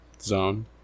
Zone